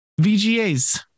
VGAs